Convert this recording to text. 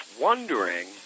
wondering